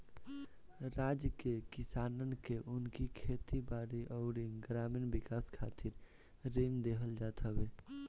राज्य के किसानन के उनकी खेती बारी अउरी ग्रामीण विकास खातिर ऋण देहल जात हवे